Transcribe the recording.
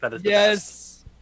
Yes